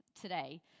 today